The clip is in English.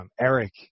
Eric